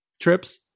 trips